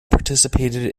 participated